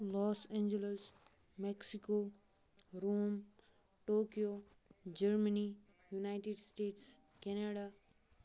lose Angeles Mexico Rome Tokyo Germany United States Canada